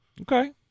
Okay